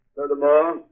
Furthermore